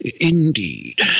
indeed